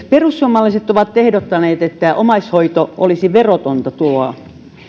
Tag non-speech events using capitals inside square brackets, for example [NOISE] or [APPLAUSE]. [UNINTELLIGIBLE] perussuomalaiset ovat ehdottaneet että omaishoito olisi verotonta tuloa